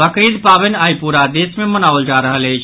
बकरीद पावनि आइ पूरा देश मे मनाओल जा रहल अछि